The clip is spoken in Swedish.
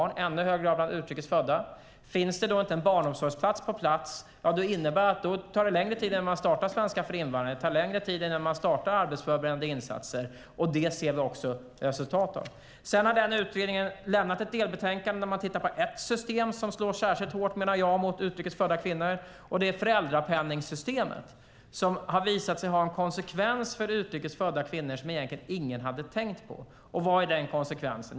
Så är det i ännu högre grad bland utrikes födda. Finns det då inte en barnomsorgsplats innebär det att det tar längre tid innan man börjar på svenska för invandrare och arbetsförberedande insatser. Det ser vi också resultat av. Utredningen har lämnat ett delbetänkande där man har tittat på ett system som jag menar slår särskilt hårt mot utrikes födda kvinnor, och det är föräldrapenningssystemet. Det har visat sig ha en konsekvens för utrikes födda kvinnor som ingen hade tänkt på. Vad är då den konsekvensen?